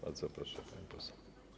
Bardzo proszę, pani poseł.